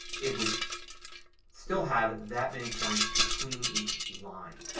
it would still have that many points between each line.